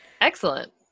Excellent